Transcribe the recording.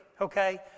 Okay